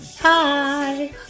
Hi